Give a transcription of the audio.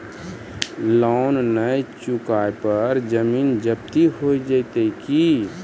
Loan न चुका पर जमीन जब्ती हो जैत की?